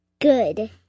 Good